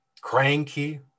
cranky